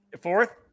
fourth